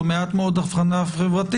או מעט מאוד הכוונה חברתית,